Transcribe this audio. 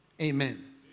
Amen